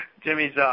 Jimmy's